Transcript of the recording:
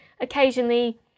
Occasionally